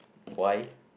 why